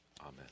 Amen